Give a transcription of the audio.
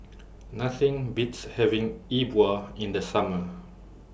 Nothing Beats having E Bua in The Summer